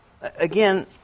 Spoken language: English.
Again